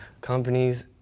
companies